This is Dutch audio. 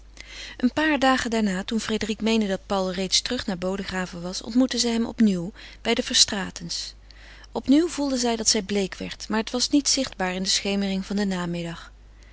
een paar dagen daarna toen frédérique meende dat paul reeds terug naar bodegraven was ontmoette zij hem opnieuw bij de verstraetens opnieuw voelde zij dat zij bleek werd maar het was niet zichtbaar in de schemering van den namiddag